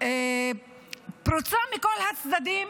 פרוצה מכל הצדדים.